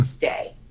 day